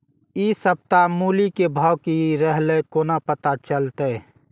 इ सप्ताह मूली के भाव की रहले कोना पता चलते?